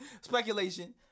Speculation